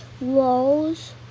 walls